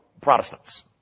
Protestants